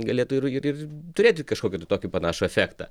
galėtų ir ir turėti kažkokį tai tokį panašų efektą